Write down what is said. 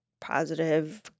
positive